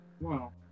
wow